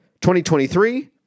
2023